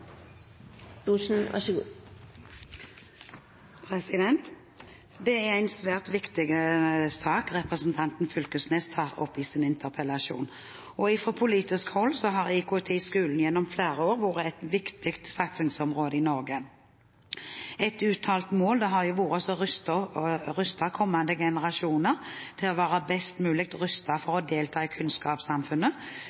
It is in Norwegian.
Fylkesnes tar opp i sin interpellasjon. Fra politisk hold har IKT i skolen gjennom flere år vært et viktig satsingsområde i Norge. Et uttalt mål har vært å gjøre kommende generasjoner best mulig rustet til å delta i kunnskapssamfunnet,